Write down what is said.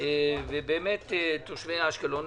ובאמת תושבי אשקלון,